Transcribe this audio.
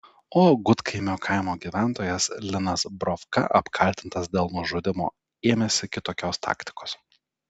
o gudkaimio kaimo gyventojas linas brovka apkaltintas dėl nužudymo ėmėsi kitokios taktikos